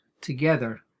together